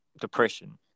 Depression